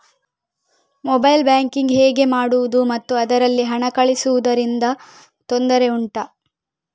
mobile banking ಹೇಗೆ ಮಾಡುವುದು ಮತ್ತು ಅದರಲ್ಲಿ ಹಣ ಕಳುಹಿಸೂದರಿಂದ ತೊಂದರೆ ಉಂಟಾ